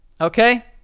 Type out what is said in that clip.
okay